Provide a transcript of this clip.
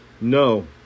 No